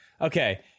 okay